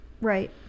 Right